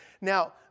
Now